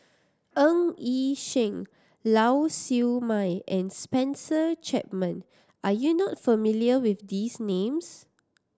Ng Yi Sheng Lau Siew Mei and Spencer Chapman are you not familiar with these names